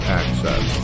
access